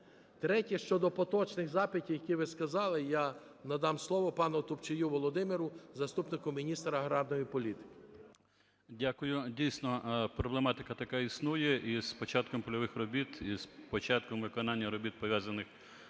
Третє. Щодо поточних запитів, які ви сказали, я надам слово пану Топчію Володимиру – заступнику міністра аграрної політики. 10:36:48 ТОПЧІЙ В.М. Дякую. Дійсно, проблематика така існує. Із початком польових робіт, із початком виконання робіт, пов'язаних